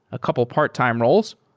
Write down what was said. a couple part-time roles.